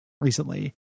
recently